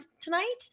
tonight